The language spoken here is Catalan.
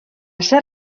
ser